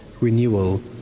renewal